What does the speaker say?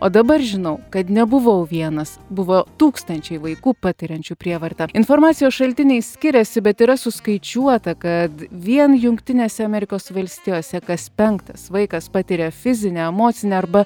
o dabar žinau kad nebuvau vienas buvo tūkstančiai vaikų patiriančių prievartą informacijos šaltiniai skiriasi bet yra suskaičiuota kad vien jungtinėse amerikos valstijose kas penktas vaikas patiria fizinę emocinę arba